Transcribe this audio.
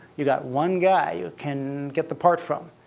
you've got one guy you can get the part from.